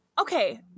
Okay